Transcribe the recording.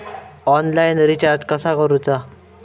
Online recharge कसा करूचा?